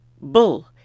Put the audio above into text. bull